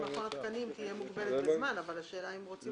מכון התקנים תהיה מוגבלת בזמן אבל השאלה אם רוצים את זה.